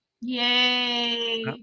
Yay